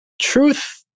truth